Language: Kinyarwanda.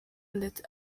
ndetse